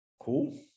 Cool